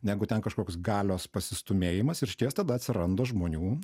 negu ten kažkoks galios pasistūmėjimas ir išties tada atsiranda žmonių